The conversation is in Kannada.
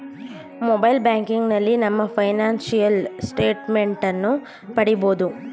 ಮೊಬೈಲ್ ಬ್ಯಾಂಕಿನಲ್ಲಿ ನಮ್ಮ ಫೈನಾನ್ಸಿಯಲ್ ಸ್ಟೇಟ್ ಮೆಂಟ್ ಅನ್ನು ಪಡಿಬೋದು